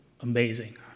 amazing